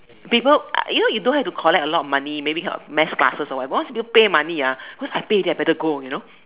people you know you don't have to collect a lot of money maybe heard of mass classes or whatever but once you pay money ah because I pay already I better go you know